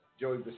Joey